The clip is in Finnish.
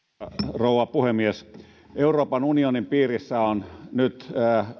rouva puhemies euroopan unionin piirissä on nyt